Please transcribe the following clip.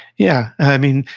yeah. i mean,